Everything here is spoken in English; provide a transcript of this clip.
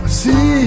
see